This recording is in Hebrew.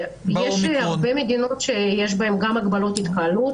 יש הרבה מדינות שיש בהן גם הגבלות התקהלות,